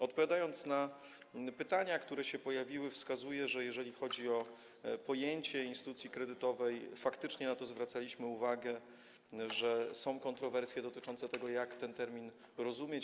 Odpowiadając na pytania, które się pojawiły, wskazuję, że jeżeli chodzi o pojęcie instytucji kredytowej, to faktycznie na to zwracaliśmy uwagę, że są kontrowersje dotyczące tego, jak ten termin rozumieć.